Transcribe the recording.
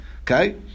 Okay